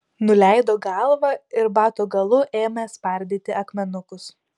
nuleido galvą ir bato galu ėmė spardyti akmenukus